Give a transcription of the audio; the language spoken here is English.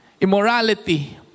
immorality